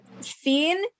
seen